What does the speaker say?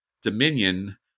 Dominion